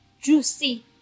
juicy